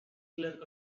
clerk